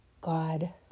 God